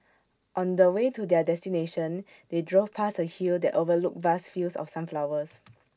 on the way to their destination they drove past A hill that overlooked vast fields of sunflowers